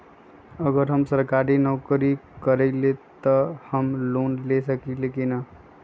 अगर हम सरकारी नौकरी करईले त हम लोन ले सकेली की न?